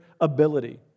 ability